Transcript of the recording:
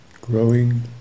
growing